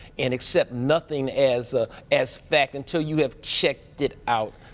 and accept nothing as ah as facts until you have checked it out.